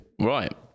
Right